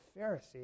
Pharisee